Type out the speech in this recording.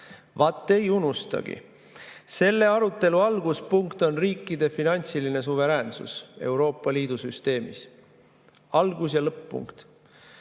Vaat ei unustagi. Selle arutelu alguspunkt on riikide finantsiline suveräänsus Euroopa Liidu süsteemis, see on algus‑ ja lõpp-punkt.